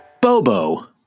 Bobo